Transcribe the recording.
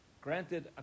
Granted